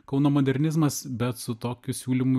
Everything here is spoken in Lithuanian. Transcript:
kauno modernizmas bet su tokiu siūlymu